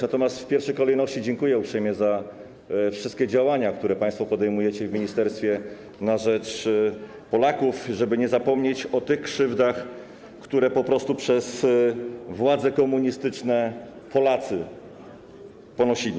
Natomiast w pierwszej kolejności dziękuję uprzejmie za wszystkie działania, które państwo podejmujecie w ministerstwie na rzecz Polaków, żeby nie zapomnieć o tych krzywdach władz komunistycznych, które Polacy ponosili.